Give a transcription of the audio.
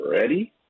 ready